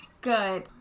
Good